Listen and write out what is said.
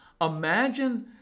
Imagine